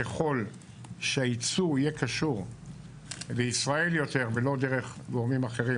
ככל שהייצוא יהיה קשור לישראל יותר ולא דרך גורמים אחרים,